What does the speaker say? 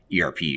ERP